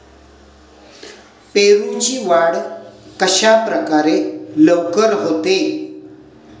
पेरूची वाढ कशाप्रकारे लवकर होते?